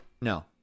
No